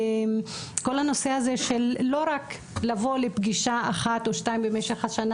כל הנושא הזה של לא רק לבוא לפגישה אחת או שתיים במשך השנה